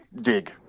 dig